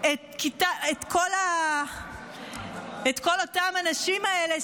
את כל הנשים האלה,